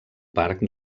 parc